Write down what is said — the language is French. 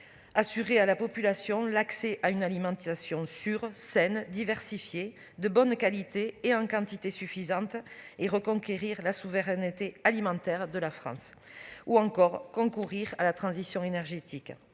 assurer à la population l'accès à une alimentation sûre, saine, diversifiée, de bonne qualité et en quantité suffisante, reconquérir la souveraineté alimentaire de la France ou encore concourir à la transition énergétique.